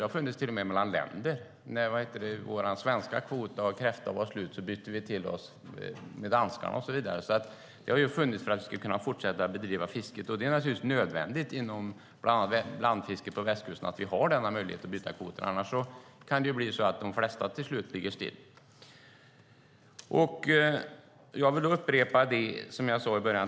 Den har till och med funnits mellan länder. När vår svenska kvot av kräfta var slut bytte vi till oss från danskarna. Det har funnits för att vi ska kunna fortsätta att bedriva fisket. Det är naturligtvis nödvändigt inom bland annat blandfisket på västkusten att vi har denna möjlighet att byta kvoter, annars kan det bli så att de flesta fiskare ligger still till slut. Jag vill upprepa det som jag sade i början.